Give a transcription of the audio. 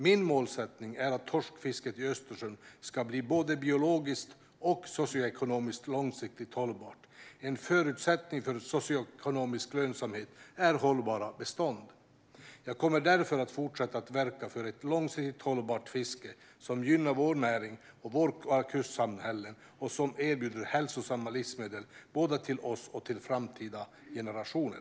Min målsättning är att torskfisket i Östersjön ska bli både biologiskt och socioekonomiskt långsiktigt hållbart. En förutsättning för socioekonomisk lönsamhet är hållbara bestånd. Jag kommer därför att fortsätta att verka för ett långsiktigt hållbart fiske som gynnar vår näring och våra kustsamhällen och som erbjuder hälsosamma livsmedel både till oss och till framtida generationer.